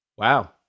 Wow